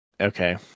Okay